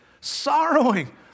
Sorrowing